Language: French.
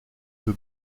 que